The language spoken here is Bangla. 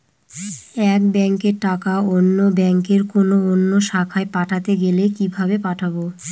এক ব্যাংকের টাকা অন্য ব্যাংকের কোন অন্য শাখায় পাঠাতে গেলে কিভাবে পাঠাবো?